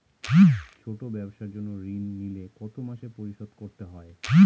ছোট ব্যবসার জন্য ঋণ নিলে কত মাসে পরিশোধ করতে হয়?